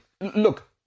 look